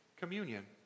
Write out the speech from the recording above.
communion